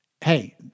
hey